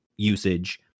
Usage